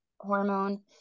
hormone